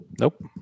Nope